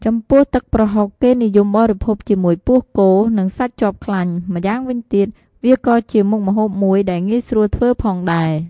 ចំពោះទឹកប្រហុក គេនិយមបរិភោគជាមួយពោះគោ និងសាច់ជាប់ខ្លាញ់ ម្យ៉ាងវិញទៀត វាក៏ជាមុខម្ហូបមួយដែលងាយស្រួលធ្វើផងដែរ។